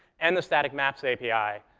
and the static maps api,